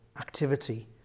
activity